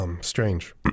Strange